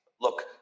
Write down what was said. look